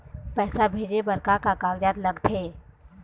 पैसा भेजे बार का का कागजात लगथे?